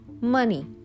money